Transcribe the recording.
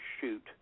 shoot